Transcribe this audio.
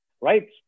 right